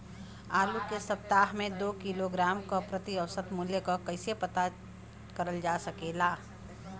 आलू के सप्ताह में दो किलोग्राम क प्रति औसत मूल्य क कैसे पता करल जा सकेला?